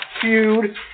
feud